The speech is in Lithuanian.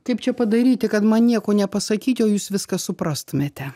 kaip čia padaryti kad man nieko nepasakyti o jūs viską suprastumėte